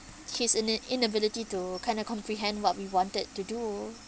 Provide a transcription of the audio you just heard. he's ina~ inability to kind of comprehend what we wanted to do